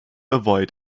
avoid